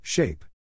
Shape